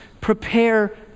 prepare